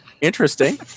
interesting